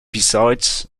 besides